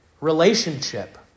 relationship